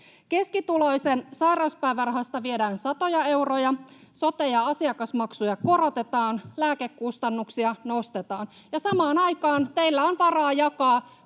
Keskituloisen sairauspäivärahasta viedään satoja euroja, sote- ja asiakasmaksuja korotetaan, lääkekustannuksia nostetaan. Samaan aikaan teillä on varaa jakaa